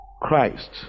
Christ